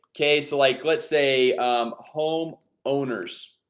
okay? so like let's say home owners